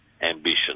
ambition